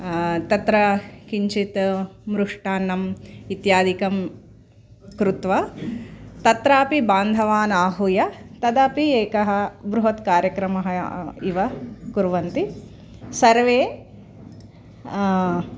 तत्र किञ्चित् मिष्टान्नम् इत्यादिकं कृत्वा तत्रापि बान्धवानाहूय तदपि एकः बृहत् कार्यक्रमः इव कुर्वन्ति सर्वे